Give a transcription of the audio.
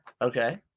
Okay